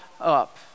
up